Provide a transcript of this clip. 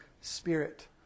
Spirit